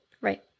Right